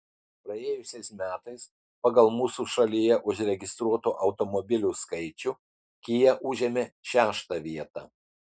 praėjusiais metais pagal mūsų šalyje užregistruotų automobilių skaičių kia užėmė šeštą vietą